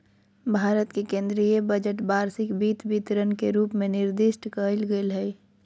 भारत के केन्द्रीय बजट वार्षिक वित्त विवरण के रूप में निर्दिष्ट कइल गेलय हइ